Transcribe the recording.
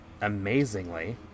amazingly